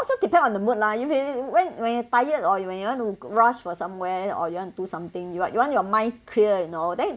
also depends on the mood lah you mean when when you're tired or you when you want to rush for somewhere or you want do something you you want your mind clear you know then